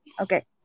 Okay